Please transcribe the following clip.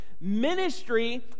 Ministry